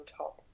top